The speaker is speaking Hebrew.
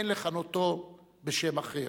ואין לכנותו בשם אחר.